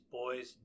boys